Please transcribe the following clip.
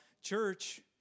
church